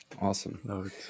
Awesome